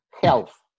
health